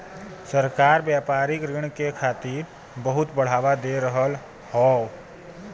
सरकार व्यापारिक ऋण के खातिर बहुत बढ़ावा दे रहल हौ